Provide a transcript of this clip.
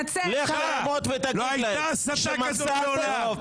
תתנצל על זה שאתה קורא לנו ראשי BDS. לא הייתה הסתה כזאת מעולם.